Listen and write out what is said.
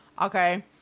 Okay